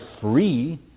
free